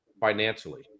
financially